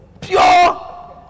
pure